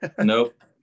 Nope